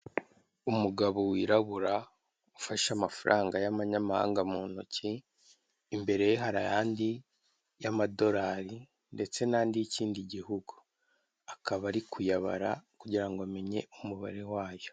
Umugabo wirabura ufashe amafaranga y'amanyamahanga mu ntoki, imbere ye hari ayandi y'amadorari ndetse n'ayandi y'ikindi gihugu, akaba ari kuyabara kugira ngo amenye umubare wayo.